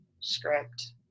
script